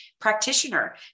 practitioner